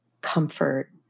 comfort